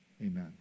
Amen